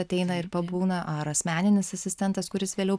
ateina ir pabūna ar asmeninis asistentas kuris vėliau